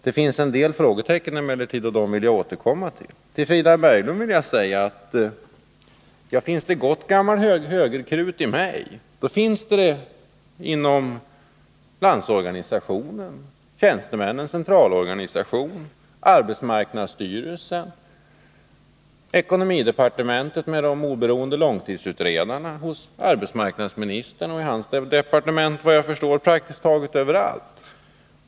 Det finns emellertid en del frågetecken, och dem vill jag återkomma till. Till Frida Berglund vill jag säga att om det finns gott gammalt högerkrut i mig, då finns det även inom Landsorganisationen, Tjänstemännens centralorganisation, arbetsmarknadsstyrelsen och ekonomidepartementet med de oberoende långtidsutredarna. Det finns i så fall även hos arbetsmarknadsministern och hans departement och på många andra ställen.